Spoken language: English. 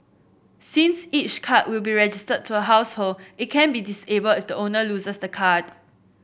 since each card will be registered to a household it can be disabled if the owner loses the card